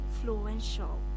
influential